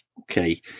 Okay